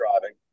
driving